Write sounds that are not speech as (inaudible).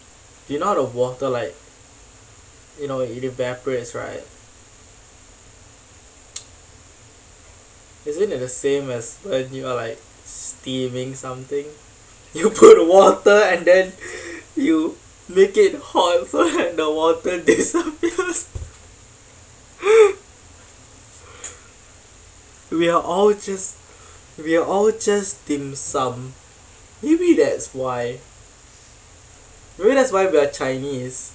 you know how the water like you know it evaporates right (noise) isn't it the same when you are like steaming something you put water and then you make it hot so that the water disappears (laughs) we are all just we're all just dim sum maybe that's why maybe that's why we are chinese